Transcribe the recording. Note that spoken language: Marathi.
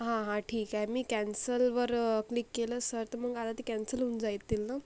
हां हां ठीक आहे मी कॅन्सलवर क्लिक केलं सर तर मग आता कॅन्सल होऊन जातील नं